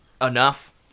enough